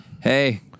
Hey